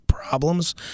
problems